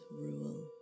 rule